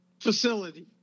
facility